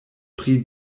pri